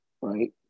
right